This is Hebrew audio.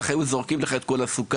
בטח היו זורקים לך את כל הסוכר.